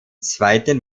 zweiten